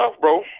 bro